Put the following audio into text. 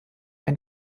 ein